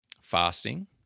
fasting